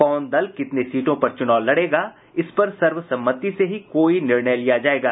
कौन दल कितने सीटों पर चुनाव लड़ेगा इस पर सर्वसम्मति से ही कोई निर्णय लिया जायेगा